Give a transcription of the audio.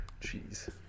Jeez